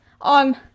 on